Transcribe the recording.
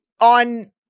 on